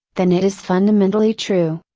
than it is fundamentally true.